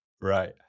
right